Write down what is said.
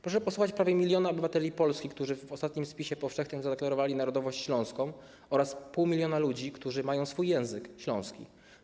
Proszę posłuchać prawie miliona obywateli Polski, którzy w ostatnim spisie powszechnym zadeklarowali narodowość śląską, oraz pół miliona ludzi, którzy mają swój język śląski.